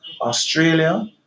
Australia